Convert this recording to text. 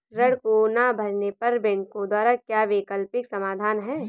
ऋण को ना भरने पर बैंकों द्वारा क्या वैकल्पिक समाधान हैं?